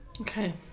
Okay